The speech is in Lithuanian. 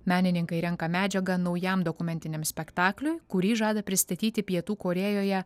menininkai renka medžiagą naujam dokumentiniam spektakliui kurį žada pristatyti pietų korėjoje